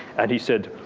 and he said,